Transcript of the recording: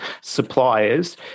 suppliers